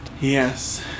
Yes